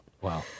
Wow